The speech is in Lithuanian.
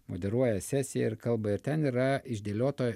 moderuoja sesiją ir kalba ir ten yra išdėliota